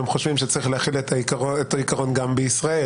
הם חושבים שצריך להחיל את העיקרון גם בישראל.